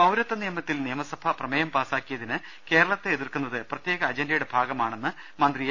പൌരത്വ നിയമത്തിൽ നിയമസഭ പ്രമേയം പാസാക്കിയതിന് കേരളത്തെ എതിർക്കു ന്നത് പ്രത്യേക അജൻഡയുടെ ഭാഗമായാണെന്ന് മന്ത്രി എ